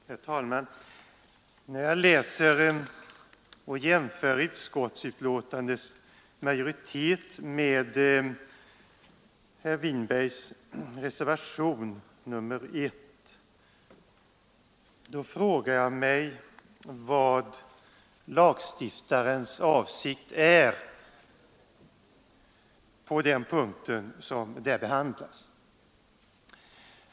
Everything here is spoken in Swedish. Herr talman! När jag läser och jämför vad utskottets majoritet anfört med herr Winbergs reservation 1, då frågar jag mig vad lagstiftarens avsikt är på den punkt som där behandlas.